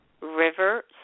River